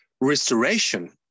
restoration